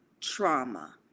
trauma